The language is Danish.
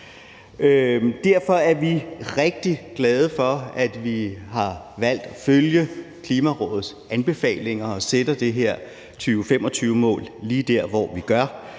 Derfor er vi rigtig glade for, at vi har valgt at følge Klimarådets anbefalinger og sætter det her 2025-mål lige der, hvor vi gør.